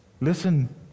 listen